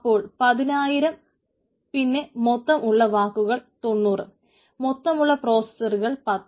അപ്പോൾ 10000 പിന്നെ മൊത്തം ഉള്ള വാക്കുകൾ 90 മൊത്തമുള്ള പ്രോസസറുകൾ 10